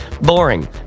boring